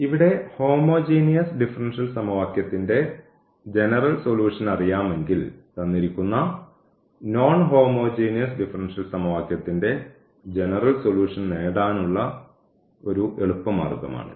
ഇവിടെ homogeneous differential സമവാക്യത്തിന്റെ general solution അറിയാമെങ്കിൽ തന്നിരിക്കുന്ന നോൺ ഹോമോജീനിയസ് ഡിഫറൻഷ്യൽ സമവാക്യത്തിന്റെ ജനറൽ സൊലൂഷൻ നേടാനുള്ള ഒരു എളുപ്പമാർഗ്ഗമാണ് ഇത്